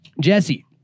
Jesse